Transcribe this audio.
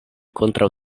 kontraŭ